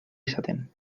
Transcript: izaten